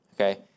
Okay